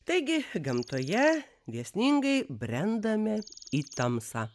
taigi gamtoje dėsningai brendame į tamsą